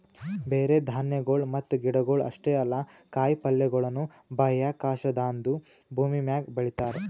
ಬರೇ ಧಾನ್ಯಗೊಳ್ ಮತ್ತ ಗಿಡಗೊಳ್ ಅಷ್ಟೇ ಅಲ್ಲಾ ಕಾಯಿ ಪಲ್ಯಗೊಳನು ಬಾಹ್ಯಾಕಾಶದಾಂದು ಭೂಮಿಮ್ಯಾಗ ಬೆಳಿತಾರ್